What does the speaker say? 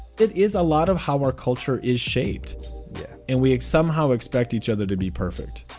it is a lot of how our culture is shaped and we somehow expect each other to be perfect,